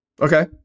Okay